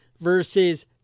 versus